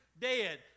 dead